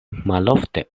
malofte